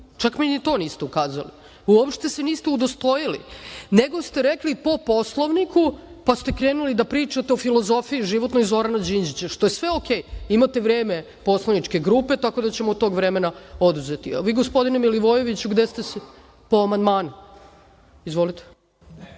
Čak mi ni to niste ukazali. Uopšte se niste udostojili, nego ste rekli - po Poslovniku, pa ste krenuli da pričate o filozofiji životnoj Zorana Đinđića, što je sve ok. Imate vreme poslaničke grupe, tako da ćemo od tog vremena oduzeti. Vi, gospodine Milivojeviću, po amandmanu. Izvolite.